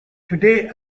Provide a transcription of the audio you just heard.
today